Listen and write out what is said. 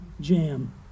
jam